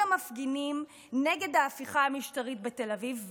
המפגינים נגד ההפיכה המשטרית בתל אביב.